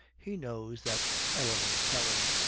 he knows that ellen will tell him.